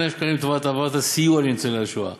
של שקלים לטובת העברת הסיוע לטובת ניצולי השואה,